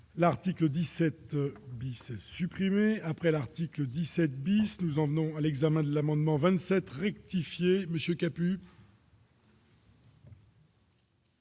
L'article 17 Glisser supprimé après l'article 17 bis nous en venons à l'examen de l'amendement 27 rectifier, monsieur Capu.